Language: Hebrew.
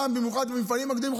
במיוחד במפעלים הגדולים,